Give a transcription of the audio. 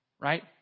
right